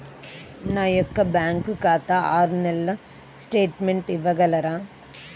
నా యొక్క బ్యాంకు ఖాతా ఆరు నెలల స్టేట్మెంట్ ఇవ్వగలరా?